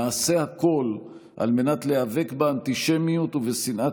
נעשה הכול על מנת להיאבק באנטישמיות ובשנאת